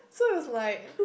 so it was like